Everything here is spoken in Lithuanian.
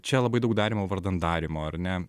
čia labai daug darymo vardan darymo ar ne